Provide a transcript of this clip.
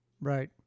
Right